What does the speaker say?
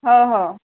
हो हो